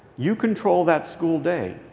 you control that school day.